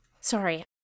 Sorry